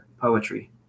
poetry